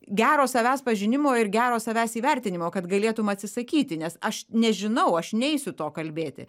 gero savęs pažinimo ir gero savęs įvertinimo kad galėtum atsisakyti nes aš nežinau aš neisiu to kalbėti